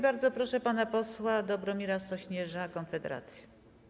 Bardzo proszę pana posła Dobromira Sośnierza, Konfederacja.